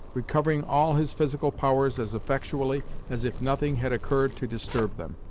recovering all his physical powers as effectually as if nothing had occurred to disturb them.